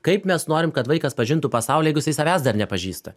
kaip mes norim kad vaikas pažintų pasaulį jeigu jisai savęs dar nepažįsta